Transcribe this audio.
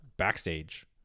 backstage